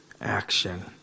action